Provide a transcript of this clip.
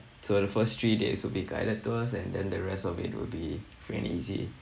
so the first three days will be guided tours and then the rest of it will be free and easy